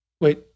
Wait